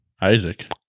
Isaac